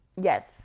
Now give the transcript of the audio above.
Yes